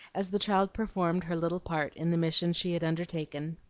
as the child performed her little part in the mission she had undertaken.